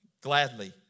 gladly